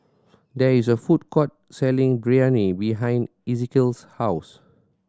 there is a food court selling Biryani behind Ezekiel's house